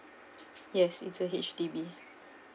yes it's a H_D_B